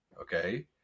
okay